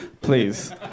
please